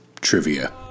trivia